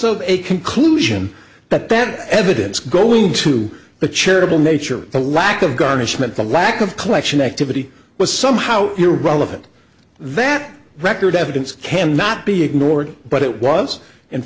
of a conclusion that that evidence going to the charitable nature the lack of garnishment the lack of collection activity was somehow your wallet that record evidence cannot be ignored but it was and